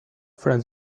friends